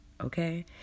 okay